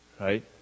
right